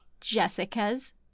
Jessica's